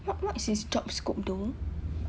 what what is his job scope though